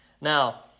Now